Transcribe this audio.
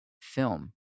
film